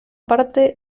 parte